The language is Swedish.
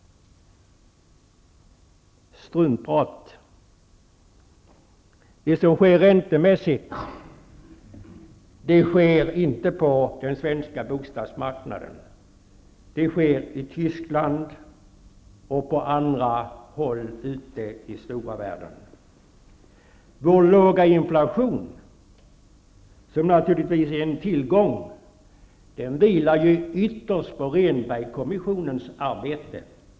Struntprat! Det som sker räntemässigt sker inte på den svenska bostadsmarknaden, utan i Tyskland och på andra håll ute i den stora världen. Vår låga inflation, som naturligtvis är en tillgång, vilar ytterst på Rehnbergkommissionens arbete.